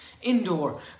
indoor